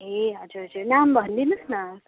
ए हजुर हजुर नाम भनिदिनुहोस् न